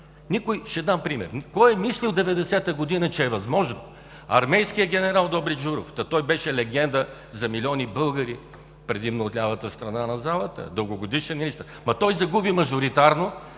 Ще дам пример. Кой е мислил 1990 г., че е възможно армейският генерал Добри Джуров, та той беше легенда за милиони българи предимно от лявата страна на залата, дългогодишен министър, той загуби мажоритарно